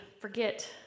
forget